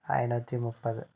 ஐநூற்றி முப்பது